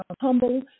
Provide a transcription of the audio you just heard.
humble